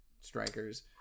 strikers